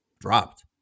dropped